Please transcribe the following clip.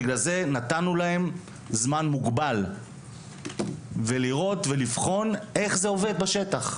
ולכן, נתנו להם זמן מוגבל לבחון איך זה עובד בשטח.